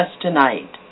tonight